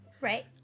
Right